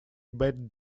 bad